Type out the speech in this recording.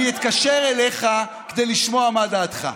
אני אתקשר אליך כדי לשמוע מה דעתך.